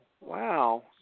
Wow